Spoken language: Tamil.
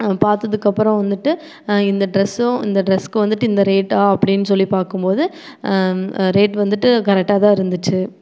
பார்த்ததுக்கு அப்புறம் வந்துட்டு இந்த டிரெஸும் இந்த டிரெஸுக்கு வந்துட்டு இந்த ரேட்டா அப்படினு சொல்லி பார்க்கும் போது ரேட் வந்துட்டு கரெக்டாக தான் இருந்துச்சு